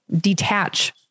detach